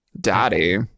daddy